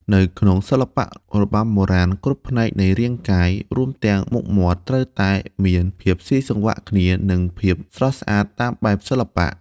នៅក្នុងសិល្បៈរបាំបុរាណ គ្រប់ផ្នែកនៃរាងកាយ រួមទាំងមុខមាត់ ត្រូវតែមានភាពស៊ីសង្វាក់គ្នា និងភាពស្រស់ស្អាតតាមបែបសិល្បៈ។